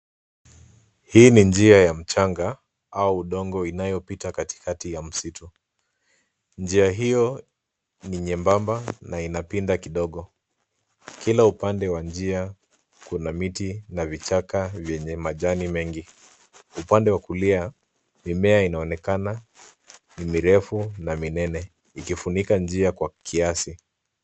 Hii ni njia ya mchanga au udongo inayopita katikati ya msitu . Njia hiyo ni nyembamba na inapinda kidogo . Kila upande wa njia kuna miti na vichaka vyenye majani mengi . Upande wa kulia, mimea inaonekana ni mirefu na minene ikifunika njia kwa kiasi.